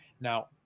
Now